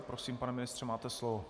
Prosím, pane ministře, máte slovo.